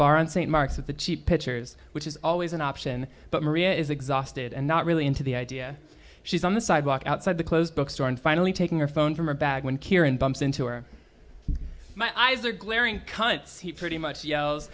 bar in st mark's at the cheap pitchers which is always an option but maria is exhausted and not really into the idea she's on the sidewalk outside the closed book store and finally taking your phone from her bag when kieran bumps into her my eyes are glaring cuts he pretty much yells